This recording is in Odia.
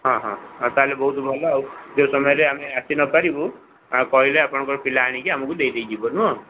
ହଁ ହଁ ଆଉ ତାହେଲେ ବହୁତ ଭଲ ଆଉ ଯୋଉ ସମୟରେ ଆମେ ଆସି ନ ପାରିବୁ ଆଉ କହିଲେ ଆପଣଙ୍କର ପିଲା ଆଣିକି ଆମକୁ ଦେଇ ଦେଇ ଯିବ ନୁହଁ